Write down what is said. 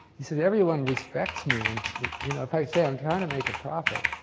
he said, everyone respects me. and you know if i say i'm trying to make a profit,